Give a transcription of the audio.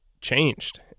changed